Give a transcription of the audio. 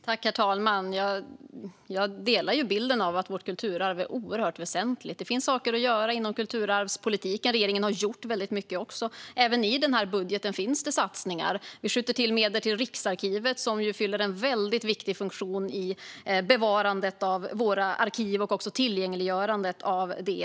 Herr talman! Jag håller med om att vårt kulturarv är oerhört väsentligt. Det finns saker att göra inom kulturarvspolitiken, och regeringen har också gjort väldigt mycket. Även i denna budget finns satsningar. Vi skjuter till medel till Riksarkivet, som ju fyller en väldigt viktig funktion i bevarandet av våra arkiv och i tillgängliggörandet av dem.